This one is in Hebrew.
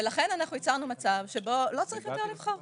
לכן אנחנו יצרנו מצב שבו לא צריך לבחור